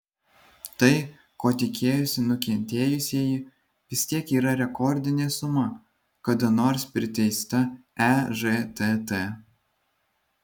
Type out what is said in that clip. tai ko tikėjosi nukentėjusieji vis tiek yra rekordinė suma kada nors priteista ežtt